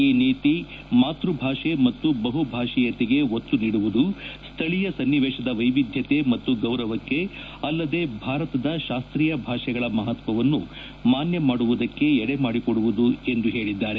ಈ ನೀತಿ ಮಾತೃಭಾಷೆ ಮತ್ತು ಬಹು ಭಾಷೀಯತೆಗೆ ಒತ್ತು ನೀಡುವುದು ಸ್ವೀಯ ಸ್ನಾವೇಶದ ವೈವಿಧ್ಯತೆ ಮತ್ತು ಗೌರವಕ್ಕೆ ಅಲ್ಲದೆ ಭಾರತದ ಶಾಸ್ತೀಯ ಭಾಷೆಗಳ ಮಹತ್ವನ್ನು ಮಾನ್ಯ ಮಾಡುವುದಕ್ಕೆ ಎಡೆಮಾಡಿಕೊಡುವುದು ಎಂದು ಅವರು ಹೇಳಿದ್ದಾರೆ